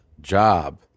job